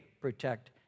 protect